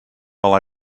while